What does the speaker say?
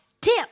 tip